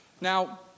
Now